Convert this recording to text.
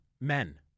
Men